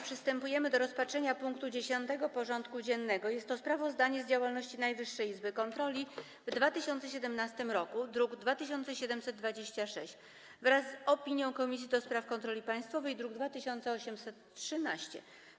Przystępujemy do rozpatrzenia punktu 10. porządku dziennego: Sprawozdanie z działalności Najwyższej Izby Kontroli w 2017 roku (druk nr 2726) wraz z opinią Komisji do Spraw Kontroli Państwowej (druk nr 2813)